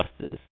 justice